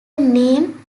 name